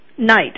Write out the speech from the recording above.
Night